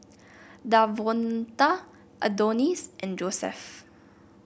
Davonta Adonis and Josef